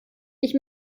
ich